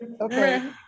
okay